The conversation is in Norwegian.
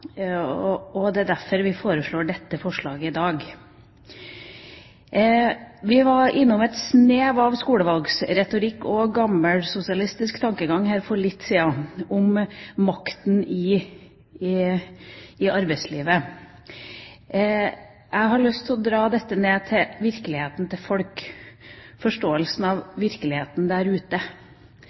og det er derfor vi har satt fram dette representantforslaget. Vi var innom et snev av skolevalgsretorikk og gammelsosialistisk tankegang om makten i arbeidslivet her for litt siden. Jeg har lyst til å dra dette ned til virkeligheten til folk, til forståelsen av virkeligheten der ute.